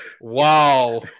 Wow